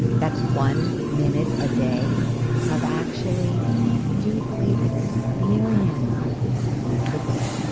that's one minute a day of actually deeply experiencing the good.